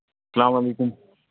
السلام علیکُم